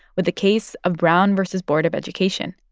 with the case of brown v. board of education.